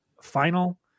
final